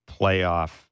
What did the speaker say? playoff